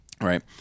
Right